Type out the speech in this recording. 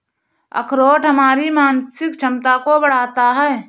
अखरोट हमारी मानसिक क्षमता को बढ़ाता है